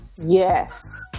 Yes